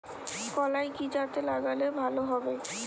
কলাই কি জাতে লাগালে ভালো হবে?